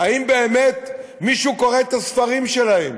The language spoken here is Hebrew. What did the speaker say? האם באמת מישהו קורא את הספרים שלהם?